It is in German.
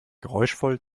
geräuschvoll